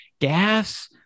gas